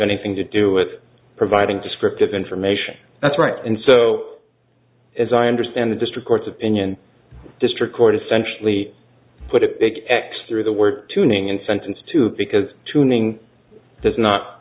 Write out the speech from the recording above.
anything to do with providing descriptive information that's right and so as i understand the district court's opinion district court essentially put a big x through the word tuning and sentence to because tuning does not